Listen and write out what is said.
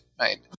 right